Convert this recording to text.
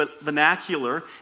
vernacular